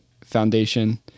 Foundation